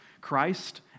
Christ